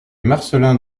marcelin